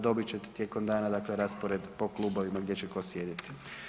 Dobit ćete tijekom dana dakle raspored po klubovima gdje će tko sjediti.